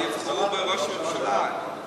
לפני שהוא עולה.